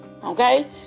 Okay